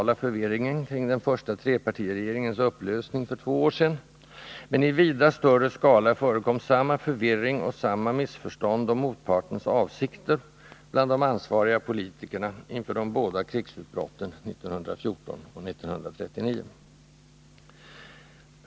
försvarsdeparteförvirringen kring den första trepartiregeringens upplösning för två år sedan, Menters verksam men i vida större skala förekom samma förvirring och samma missförstånd — hetsområde om motpartens avsikter bland de ansvariga politikerna inför de båda krigsutbrotten 1914 och 1939.